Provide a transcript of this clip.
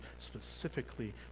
specifically